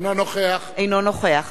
אינו נוכח אינו נוכח.